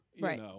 Right